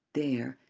there,